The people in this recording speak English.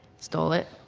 stole it,